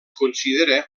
considera